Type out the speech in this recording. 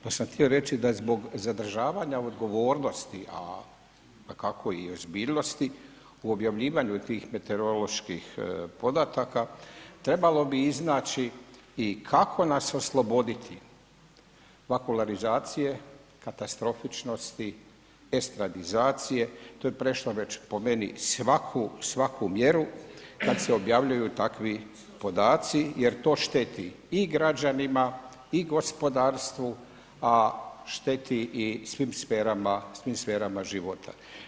Pa sam htio reći da je zbog zadržavanja odgovornosti a dakako i ozbiljnosti u objavljivanju tih meteoroloških podataka trebalo bi iznaći i kako nas osloboditi vakularizacije, katastrofičnosti, estradizacije, to je prešlo već po meni svaku, svaku mjeru kada se objavljuju takvi podaci jer to šteti i građanima i gospodarstvu a šteti i svim sferama života.